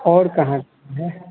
और कहाँ है